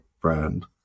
brand